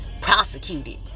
prosecuted